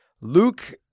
Luke